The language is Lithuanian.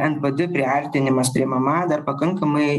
npd priartinimas prie mma dar pakankamai